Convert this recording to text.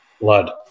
blood